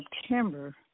September